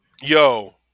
Yo